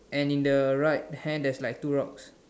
and in the right hand there's like two rocks